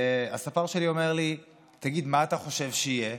והספר שלי אומר לי: תגיד, מה אתה חושב שיהיה?